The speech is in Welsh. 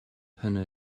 hynny